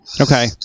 okay